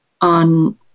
on